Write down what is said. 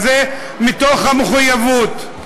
זה מתוך המחויבות.